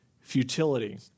futility